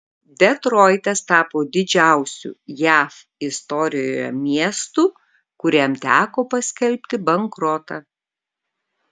detroitas tapo didžiausiu jav istorijoje miestu kuriam teko paskelbti bankrotą